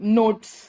notes